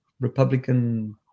Republican